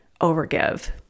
overgive